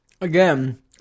Again